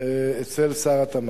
אצל שר התמ"ת.